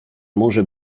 może